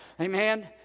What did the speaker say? Amen